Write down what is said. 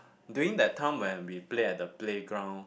during that time when we play at the playground